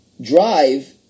drive